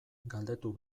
galdetu